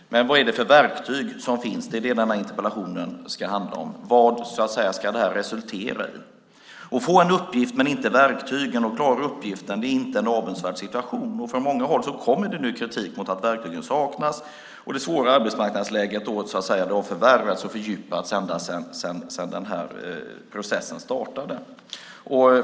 Vad är det för verktyg som finns? Det är det interpellationen handlar om. Vad ska det hela resultera i? Att få en uppgift men inte verktygen för att klara uppgiften är inte en avundsvärd situation. Från många håll kommer nu kritik mot att verktygen saknas. Det svåra arbetsmarknadsläget har sedan denna process startade ytterligare förvärrats och fördjupats.